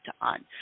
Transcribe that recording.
on